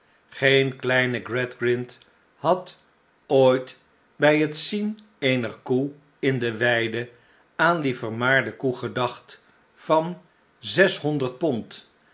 geen kleine gradgrind had ooit bij het zien eener koe in de weide aan die vermaarde koe gedacht van zeshonderd pond